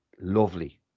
Lovely